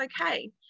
okay